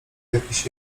jakiś